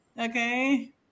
Okay